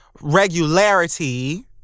regularity